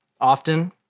often